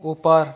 ऊपर